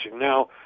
Now